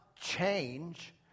change